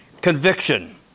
Conviction